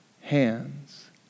hands